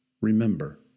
remember